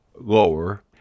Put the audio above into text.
lower